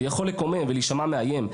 ויכול לקומם ולהישמע מאיים,